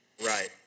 Right